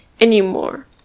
anymore